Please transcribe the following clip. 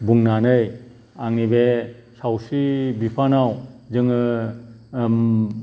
बुंनानै आंनि बे सावस्रि बिफानाव जोङो